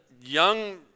young